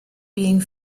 being